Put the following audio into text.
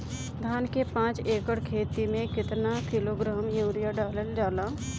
धान के पाँच एकड़ खेती में केतना किलोग्राम यूरिया डालल जाला?